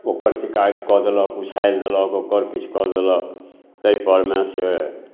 ओकर शिकायत कऽ देलक उछालि देलक ओकर किछु कऽ देलक ताहिपरमे से